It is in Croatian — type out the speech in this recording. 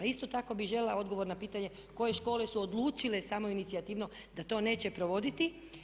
Isto tako bih željela odgovor na pitanje koje škole su odlučile samoinicijativno da to neće provoditi.